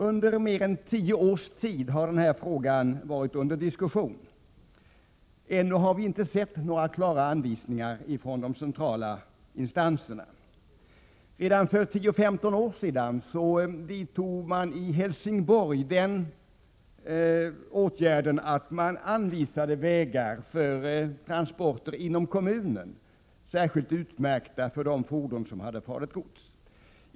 Under mer än tio års tid har denna fråga varit under diskussion, men ännu har vi inte sett några klara anvisningar från de centrala instanserna. Redan för 10—15 år sedan vidtog man i Helsingborg åtgärden att anvisa vägar för transporter inom kommunen, särskilt utmärkta för fordon som hade farligt gods.